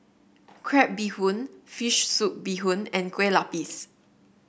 Crab Bee Hoon fish soup Bee Hoon and Kueh Lapis